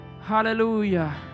hallelujah